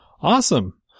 Awesome